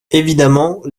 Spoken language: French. évidemment